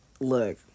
Look